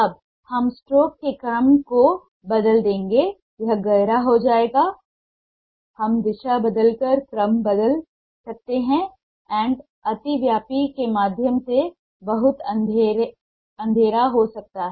अब हम स्ट्रोक के क्रम को बदल देंगे यह गहरा हो जाएगा हम दिशा बदलकर क्रम बदल सकते हैं और अतिव्यापी के माध्यम से बहुत अंधेरा हो सकता है